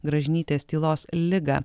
gražinytėstylos ligą